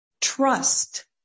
trust